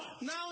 now